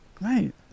Right